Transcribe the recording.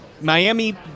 Miami